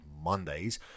Mondays